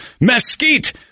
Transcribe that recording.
mesquite